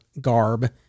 garb